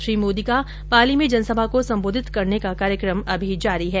श्री मोदी का पाली में जनसभा को संबोधित करने का कार्यक्रम जारी है